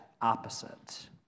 opposite